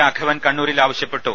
രാഘവൻ കണ്ണൂരിൽ ആവശ്യ പ്പെട്ടു